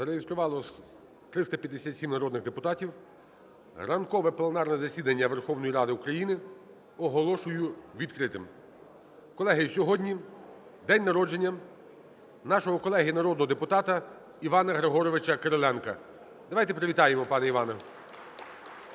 Зареєструвалося 357 народних депутатів. Ранкове пленарне засідання Верховної Ради України оголошую відкритим. Колеги, сьогодні день народження нашого колеги народного депутата Івана Григоровича Кириленка. Давайте привітаємо пана Івана. (Оплески)